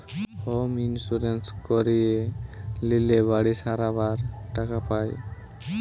home insurance করিয়ে লিলে বাড়ি সারাবার টাকা পায়